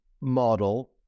model